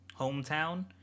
hometown